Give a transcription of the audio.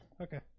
Okay